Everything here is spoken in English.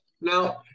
Now